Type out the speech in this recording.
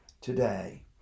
today